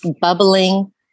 bubbling